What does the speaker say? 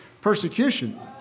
persecution